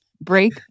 Break